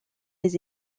les